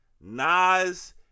Nas